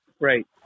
Right